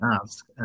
ask